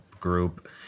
group